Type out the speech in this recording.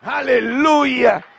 Hallelujah